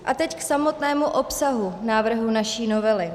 A teď k samotnému obsahu návrhu naší novely.